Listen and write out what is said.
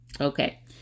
okay